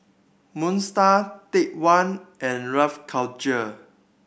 Moon Star Take One and Rough Culture